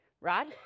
Rod